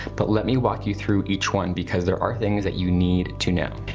but let me walk you through each one, because there are things that you need to know.